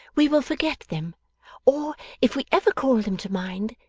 we will forget them or, if we ever call them to mind,